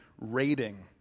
raiding